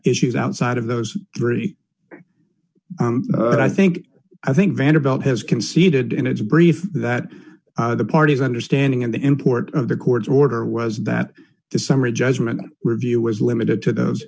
issues outside of those three and i think i think vanderbilt has conceded in its brief that the parties understanding of the import of the court's order was that the summary judgment review was limited to those